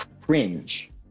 cringe